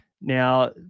now